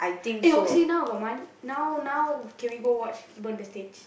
eh got money now now can we go watch burn the stage